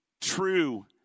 true